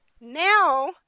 Now